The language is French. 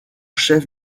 chef